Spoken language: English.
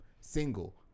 single